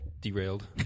derailed